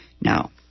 Now